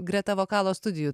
greta vokalo studijų